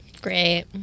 Great